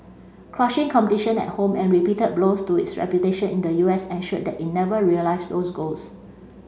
crushing competition at home and repeated blows to its reputation in the U S ensured that it never realised those goals